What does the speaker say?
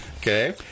okay